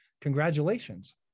congratulations